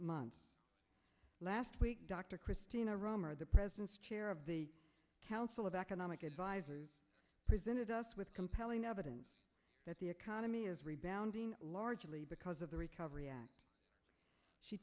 month last week dr christina romer the president's chair of the council of economic advisers presented us with compelling evidence that the economy is rebounding largely because of the recovery act she